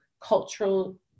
cultural